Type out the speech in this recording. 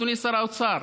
אדוני שר האוצר.